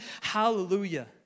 Hallelujah